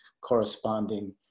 corresponding